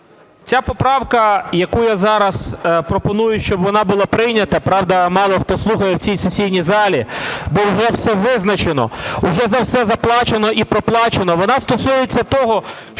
Ця поправка, яку я зараз пропоную, щоб вона була прийнята, правда, мало хто слухає в цій сесійній залі, бо вже все визначено, вже за все заплачено і проплачено. Вона стосується того, щоб